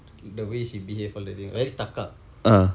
the way she behave all that thing very stuck up